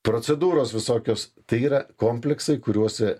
procedūros visokios tai yra kompleksai kuriuose